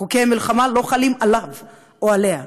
חוקי המלחמה לא חלים עליו או עליה.